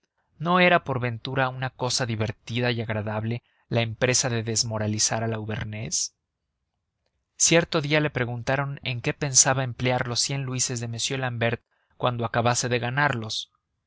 no era por ventura una cosa divertida y agradable la empresa de desmoralizar al auvernés cierto día le preguntaron en qué pensaba emplear los cien luises de m l'ambert cuando acabase de ganarlos